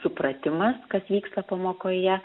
supratimas kas vyksta pamokoje